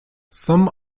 some